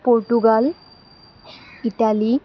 Portugal Italy